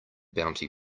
bounty